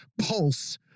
pulse